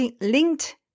linked